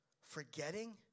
forgetting